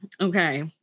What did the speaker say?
Okay